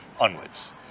onwards